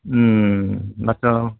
होमब्लाथ'